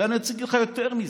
אני רוצה להגיד לך יותר מזה.